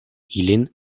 ilin